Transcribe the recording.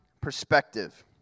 perspective